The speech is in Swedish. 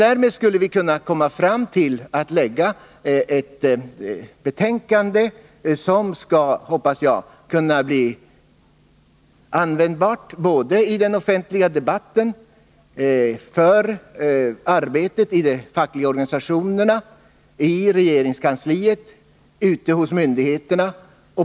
Därmed skulle vi kunna lägga fram ett betänkande som kan bli användbart såväl i den offentliga debatten och i de fackliga organisationernas arbete som iregeringskansliet och inom myndigheterna.